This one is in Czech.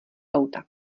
auta